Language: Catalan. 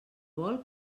vol